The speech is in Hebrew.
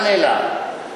חלילה.